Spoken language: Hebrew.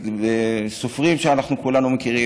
וסופרים שאנחנו כולנו מכירים,